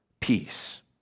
peace